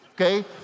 Okay